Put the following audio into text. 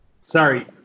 Sorry